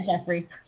Jeffrey